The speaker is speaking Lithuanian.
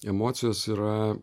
emocijos yra